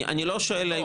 אני לא שואל,